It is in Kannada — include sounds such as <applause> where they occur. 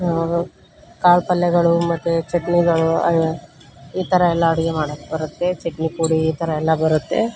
ಕಾಳು ಪಲ್ಯಗಳು ಮತ್ತು ಚಟ್ನಿಗಳು <unintelligible> ಈ ಥರ ಎಲ್ಲ ಅಡುಗೆ ಮಾಡಕ್ಕೆ ಬರುತ್ತೆ ಚಟ್ನಿಪುಡಿ ಈ ಥರ ಎಲ್ಲ ಬರುತ್ತೆ